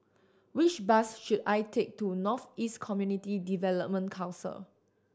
which bus should I take to North East Community Development Council